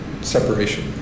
separation